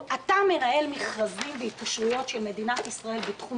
אתה מנהל מכרזים והתקשרויות של מדינת ישראל בתחום